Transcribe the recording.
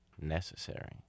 necessary